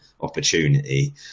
opportunity